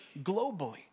globally